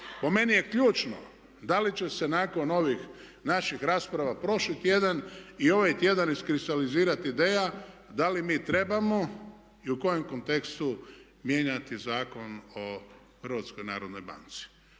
Po meni je ključno da li će se nakon ovih naših rasprava prošli tjedan i ovaj tjedan iskristalizirati ideja da li mi trebamo i u kojem kontekstu mijenjati Zakon o HNB-u. Da li